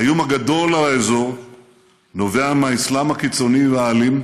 האיום הגדול לאזור נובע מהאסלאם הקיצוני והאלים,